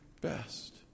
best